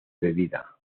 bebida